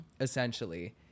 essentially